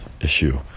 issue